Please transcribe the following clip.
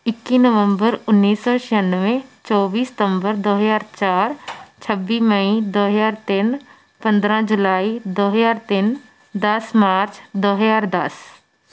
ਇੱਕੀ ਨਵੰਬਰ ਉੱਨੀ ਸੌ ਛਿਆਨਵੇਂ ਚੌਵੀ ਸਤੰਬਰ ਦੋ ਹਜ਼ਾਰ ਚਾਰ ਛੱਬੀ ਮਈ ਦੋ ਹਜ਼ਾਰ ਤਿੰਨ ਪੰਦਰ੍ਹਾਂ ਜੁਲਾਈ ਦੋ ਹਜ਼ਾਰ ਤਿੰਨ ਦਸ ਮਾਰਚ ਦੋ ਹਜ਼ਾਰ ਦਸ